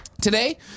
Today